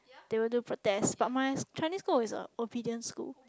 they will do protests but my Chinese school is a obedient school